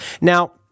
Now